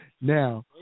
Now